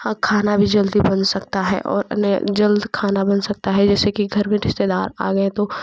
खाना भी जल्दी बन सकता है और उन्हें जल्द खाना बन सकता है जैसे कि घर में रिश्तेदार आ गए तो